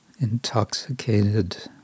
intoxicated